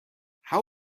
how